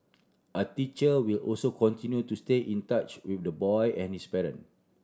a teacher will also continue to stay in touch with the boy and his parent